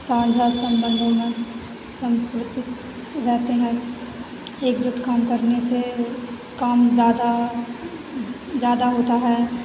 साझा सम्बन्धों में सांस्कृतिक रहते हैं एकजुट काम करने से काम ज्यादा ज्यादा होता है